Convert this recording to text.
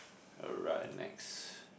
alright next